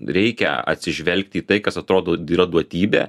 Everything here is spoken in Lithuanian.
reikia atsižvelgti į tai kas atrodo yra duotybė